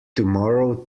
tomorrow